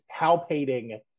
palpating